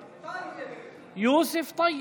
טייב, יוסף טייב.